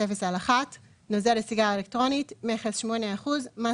"991000/1נוזל לסיגריה אלקטרונית מכס - 8% מס